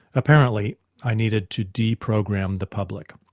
apparently i needed to de-program the public.